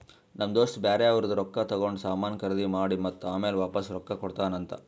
ನಮ್ ದೋಸ್ತ ಬ್ಯಾರೆ ಅವ್ರದ್ ರೊಕ್ಕಾ ತಗೊಂಡ್ ಸಾಮಾನ್ ಖರ್ದಿ ಮಾಡಿ ಮತ್ತ ಆಮ್ಯಾಲ ವಾಪಾಸ್ ರೊಕ್ಕಾ ಕೊಡ್ತಾನ್ ಅಂತ್